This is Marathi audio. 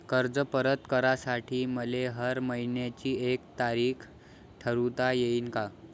कर्ज परत करासाठी मले हर मइन्याची एक तारीख ठरुता येईन का?